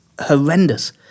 horrendous